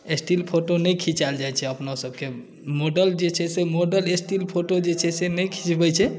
still photo नहि खिचाएल जाइ छै अपनसभके मॉडल जे छै से मॉडल स्टिल फ़ोटो जे छै से नहि खिचबै छै